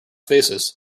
faces